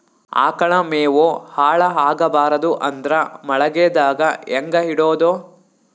ಆಕಳ ಮೆವೊ ಹಾಳ ಆಗಬಾರದು ಅಂದ್ರ ಮಳಿಗೆದಾಗ ಹೆಂಗ ಇಡೊದೊ?